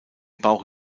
bauch